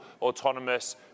autonomous